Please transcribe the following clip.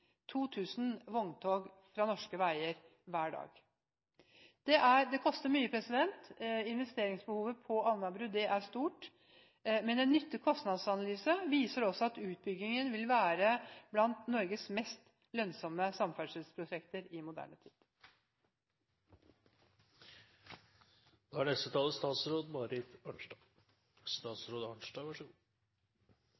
vogntog fra norske veier hver dag. Det koster mye. Investeringsbehovet på Alnabru er stort, men en kost–nytte-analyse viser også at utbyggingen vil være blant Norges mest lønnsomme samferdselsprosjekter i moderne tid. Innledningsvis er